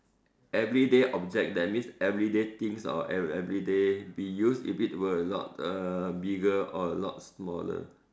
everyday object that means everyday things or everyday be used if it were a lot err bigger or a lot smaller